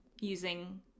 using